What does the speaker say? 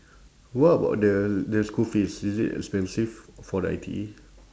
what about the the school fees is it expensive for the I_T_E